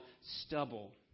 stubble